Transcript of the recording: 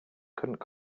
couldn’t